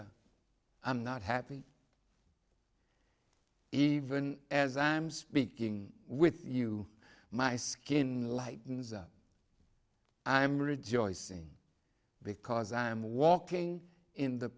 i'm not happy even as i'm speaking with you my skin lightens up i'm rejoicing because i'm walking in the